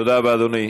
תודה רבה, אדוני.